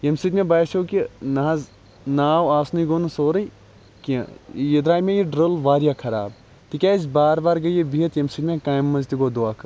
ییٚمہِ سۭتۍ مےٚ باسیٚو کہِ نہ حظ ناو آسنُے گوٚو نہٕ سوٚرُے کیٚنٛہہ یہِ درٛایہِ مےٚ یہِ ڈرٛل واریاہ خراب تِکیٛاز بار بار گٔے یہِ بِہِتھ ییٚمہِ سۭتۍ مےٚ کامہِ مَنٛز تہِ گوٚو دھوکہٕ